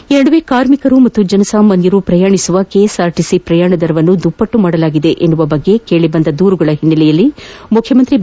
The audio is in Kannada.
ಈ ನಡುವೆ ಕಾರ್ಮಿಕರು ಮತ್ತು ಜನಸಾಮಾನ್ಗರು ಪ್ರಯಾಣಿಸುವ ಕೆಎಸ್ಆರ್ಟಿಸಿ ಪ್ರಯಾಣ ದರವನ್ನು ದುಪ್ಪಟ್ಲು ಮಾಡಲಾಗಿದೆ ಎಂಬ ಕುರಿತು ಕೇಳಿಬಂದ ದೂರುಗಳ ಹಿನ್ನೆಲೆಯಲ್ಲಿ ಮುಖ್ಯಮಂತ್ರಿ ಬಿ